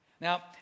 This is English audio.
Now